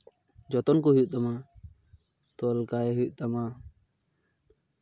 ᱡᱚᱛᱚᱱ ᱠᱚ ᱦᱩᱭᱩᱜ ᱛᱟᱢᱟ ᱛᱚᱞ ᱠᱟᱭ ᱦᱩᱭᱩᱜ ᱛᱟᱢᱟ